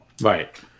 Right